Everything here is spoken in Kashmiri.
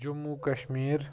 جموں کَشمیٖر